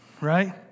right